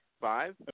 Five